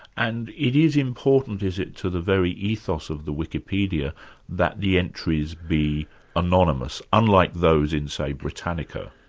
and it is important is it, to the very ethos of the wikipedia that the entries be anonymous, unlike those in say britannica.